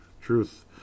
Truth